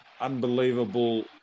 unbelievable